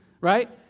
right